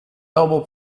nobel